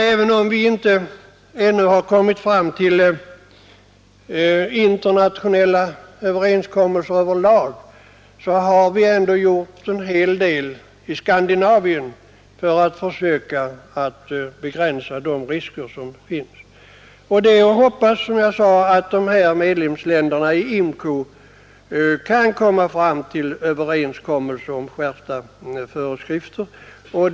Även om vi inte ännu har kommit fram till internationella överenskommelser över lag, har vi alltså ändå gjort en hel del i Skandinavien för att försöka att begränsa riskerna. Som jag sade är det att hoppas att medlemsländerna i IMCO kan komma överens om skärpta föreskrifter.